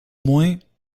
moins